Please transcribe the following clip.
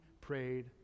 prayed